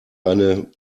eine